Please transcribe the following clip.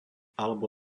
alebo